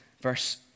verse